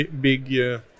big